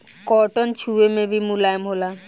cotton छुवे मे भी मुलायम होला